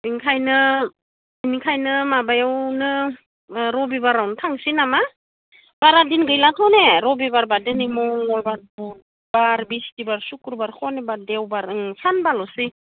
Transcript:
बेनिखायनो माबायावनो रबिबारावनो थांनोसै नामा बारा दिन गैलाथ' ने रबिबारबा दिनै मंगलबार बुधबार बिसथिबार सुखुरबार सनिबार देवबार ओं सानबाल'सै